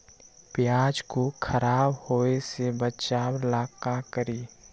प्याज को खराब होय से बचाव ला का करी?